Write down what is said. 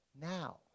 now